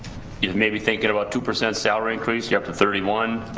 you may be thinking about two percent salary increase, you're up to thirty one,